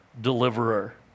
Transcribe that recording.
deliverer